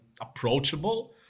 approachable